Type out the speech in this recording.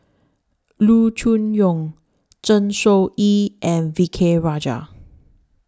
Loo Choon Yong Zeng Shouyin and V K Rajah